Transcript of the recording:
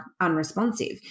unresponsive